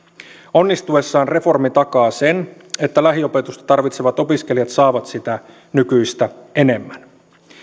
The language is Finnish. onnistuessaan reformi takaa sen että lähiopetusta tarvitsevat opiskelijat saavat sitä nykyistä enemmän